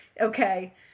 okay